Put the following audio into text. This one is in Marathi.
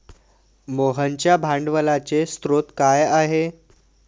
मोहनच्या भांडवलाचे स्रोत काय आहे?